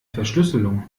verschlüsselung